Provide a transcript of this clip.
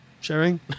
Sharing